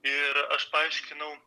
ir aš paaiškinau